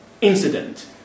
incident